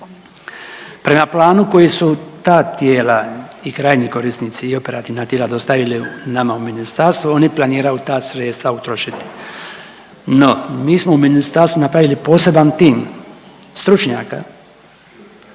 Prema planu koji su ta tijela i krajnji korisnici i operativna tijela dostavili nama u ministarstvo oni planiraju ta sredstva utrošiti. No, mi smo u ministarstvu napravili poseban tim stručnjaka